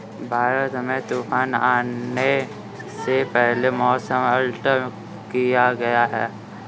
भारत में तूफान आने से पहले मौसम अलर्ट किया गया है